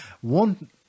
one